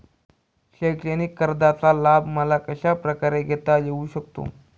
शैक्षणिक कर्जाचा लाभ मला कशाप्रकारे घेता येऊ शकतो?